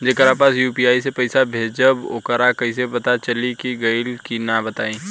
जेकरा पास यू.पी.आई से पईसा भेजब वोकरा कईसे पता चली कि गइल की ना बताई?